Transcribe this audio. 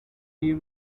you